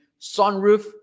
sunroof